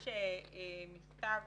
יש מכתב